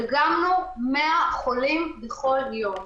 דגמנו 100 חולים בכל יום.